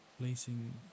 Placing